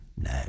No